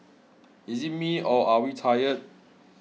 is it me or are we tired